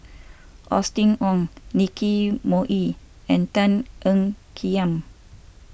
Austen Ong Nicky Moey and Tan Ean Kiam